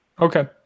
okay